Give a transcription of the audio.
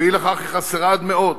ואי לכך היא חסרה עד מאוד.